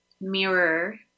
mirror